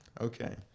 Okay